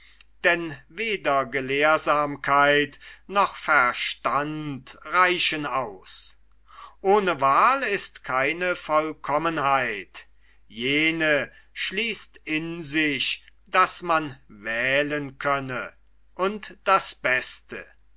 denn weder gelehrsamkeit noch verstand reichen aus ohne wahl ist keine vollkommenheit jene schließt in sich daß man wählen könne und das beste